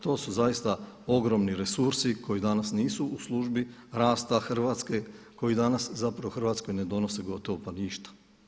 To su zaista ogromni resursi koji danas nisu u službi rasta Hrvatske, koji danas zapravo Hrvatskoj ne donose gotovo pa ništa.